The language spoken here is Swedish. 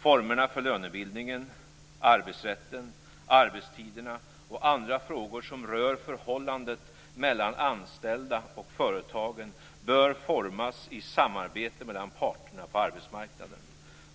Formerna för lönebildningen, arbetsrätten, arbetstiderna och andra frågor som rör förhållandet mellan de anställda och företagen bör formas i samarbete mellan parterna på arbetsmarknaden.